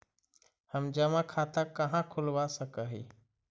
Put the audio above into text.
हम जमा खाता कहाँ खुलवा सक ही?